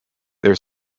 their